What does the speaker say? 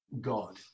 God